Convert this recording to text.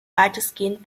weitestgehend